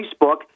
Facebook